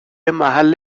محل